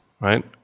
right